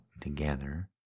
together